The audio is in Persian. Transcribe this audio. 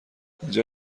اینجا